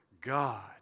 God